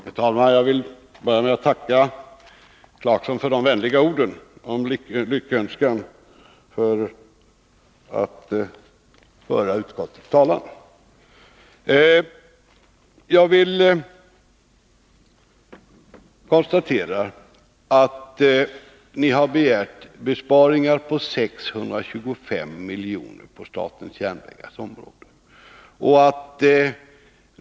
Herr talman! Jag vill börja med att tacka Rolf Clarkson för hans vänliga ord och för hans lyckönskan till mig i egenskap av utskottets talesman. För det första konstaterar jag att ni har begärt besparingar på 625 milj.kr. inom statens järnvägars område.